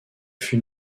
fut